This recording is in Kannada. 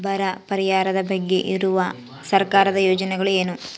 ಬರ ಪರಿಹಾರದ ಬಗ್ಗೆ ಇರುವ ಸರ್ಕಾರದ ಯೋಜನೆಗಳು ಏನು?